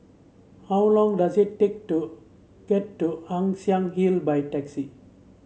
how long does it take to get to Ann Siang Hill by taxi